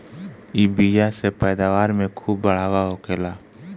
इ बिया से पैदावार में खूब बढ़ावा होखेला